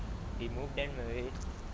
we move them away